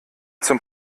zum